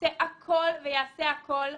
עושה הכול ויעשה הכול,